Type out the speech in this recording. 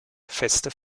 feste